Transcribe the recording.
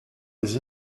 des